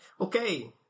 Okay